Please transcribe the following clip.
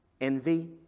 Envy